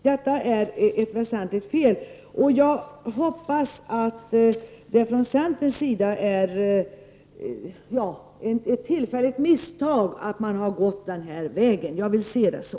Jag hoppas att det är ett tillfälligt misstag av centern att gå den väg partiet har valt i den här frågan. Jag vill se det så.